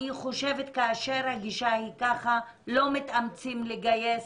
אני חושבת שכאשר הגישה היא כזו לא מתאמצים לגייס,